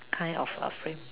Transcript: kind of a frame